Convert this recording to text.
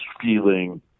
feeling